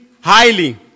highly